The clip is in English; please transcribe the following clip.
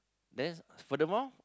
then furthermore